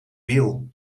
wiel